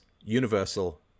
universal